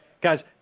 guys